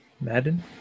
Madden